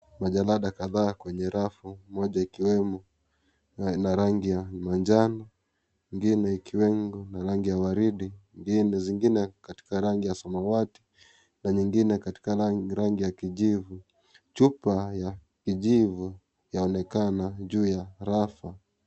Majalada kadhaa kwenye rafu, moja ikiwemo na rangi ya manjano, ingine ikiwemo na rangi ya waridi, mgini zingine katika rangi ya samawati, na nyingine katika rangi ya kijivu. Chupa ya kijivu yaonekana juu ya rafu.